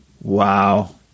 Wow